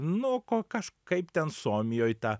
nu ko kažkaip ten suomijoj ta